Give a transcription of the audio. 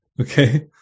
okay